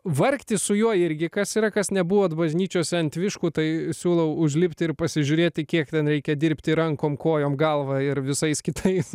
vargti su juo irgi kas yra kas nebuvot bažnyčiose ant viškų tai siūlau užlipti ir pasižiūrėti kiekvienam reikia dirbti rankom kojom galvą ir visais kitais